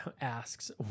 Asks